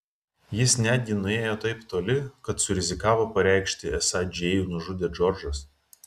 jis netgi nuėjo taip toli kad surizikavo pareikšti esą džėjų nužudė džordžas